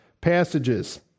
passages